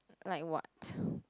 like what